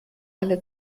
alle